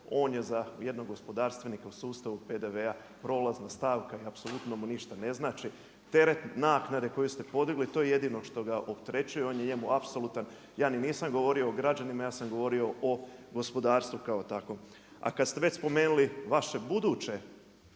on je za jednog gospodarstvenika u sustavu PDV-a, prolazna stavka i apsolutno mu ništa ne znači. Teret naknade koju ste podigli, to je jedino što ga opterećuje, on je njemu apsolutan, ja ni nisam govorimo o građanima, ja sam govorio o gospodarstvu kao takvom. A kad ste već spomenuli vaše buduće